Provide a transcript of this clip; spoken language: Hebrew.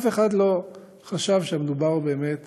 אף אחד לא חשב שמדובר באמת